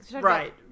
Right